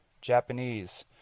Japanese